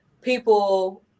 people